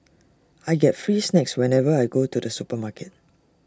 I get free snacks whenever I go to the supermarket